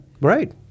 Right